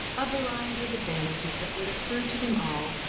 a variety of advantages that would accrue to them all,